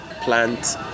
plant